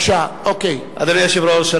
אדוני היושב-ראש,